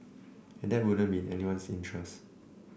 and that wouldn't be in anyone's interest